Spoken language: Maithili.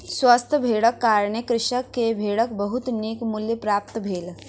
स्वस्थ भेड़क कारणें कृषक के भेड़क बहुत नीक मूल्य प्राप्त भेलै